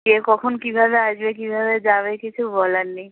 কে কখন কিভাবে আসবে কিভাবে যাবে কিছু বলার নেই